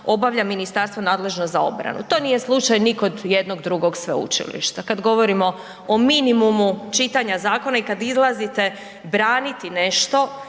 obavlja ministarstvo nadležno za obranu. To nije slučaj ni kod jednog drugog sveučilišta. Kad govorimo o minimumu čitanja zakona i kad izlazite braniti nešto,